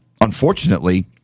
unfortunately